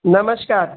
નમસ્કાર